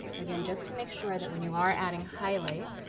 again just to make sure that when you are adding highlight,